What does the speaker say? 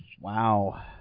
Wow